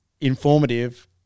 informative